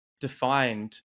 defined